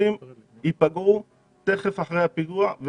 חבילת הרתעה שתפגע במחבלים תכף אחרי הפיגוע.